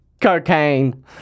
Cocaine